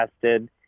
tested